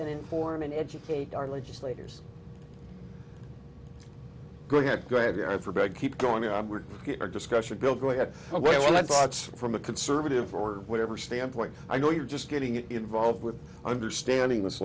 and inform and educate our legislators go ahead graveyard for bad keep going to get a discussion bill go ahead well that's from a conservative or whatever standpoint i know you're just getting involved with understanding this